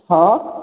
हँ